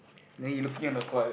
then he looking on the floor like that